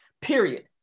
period